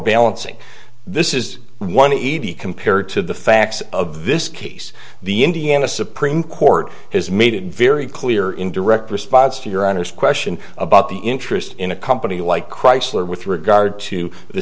balancing this is one evy compared to the facts of this case the indiana supreme court has made it very clear in direct response to your honest question about the interest in a company like chrysler with regard to the